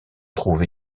trouve